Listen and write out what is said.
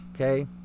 okay